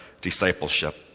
discipleship